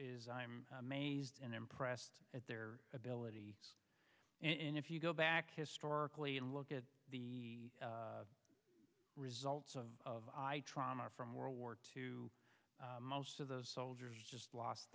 is i'm amazed and impressed at their ability and if you go back historically and look at the results of trauma from world war two most of those soldiers just lost